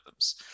algorithms